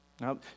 Now